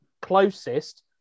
closest